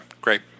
great